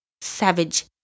savage